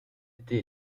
étés